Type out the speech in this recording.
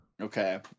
okay